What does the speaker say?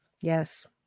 Yes